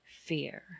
fear